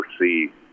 see